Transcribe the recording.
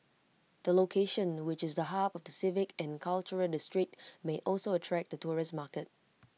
the location which is the hub of the civic and cultural district may also attract the tourist market